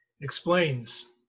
explains